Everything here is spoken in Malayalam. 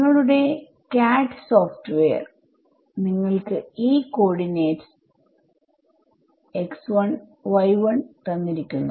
നിങ്ങളുടെ CADD സോഫ്റ്റ്വെയർനിങ്ങൾക്ക് ഈ കോർഡിനേറ്റ്സ് തന്നിരിക്കുന്നു